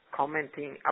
commenting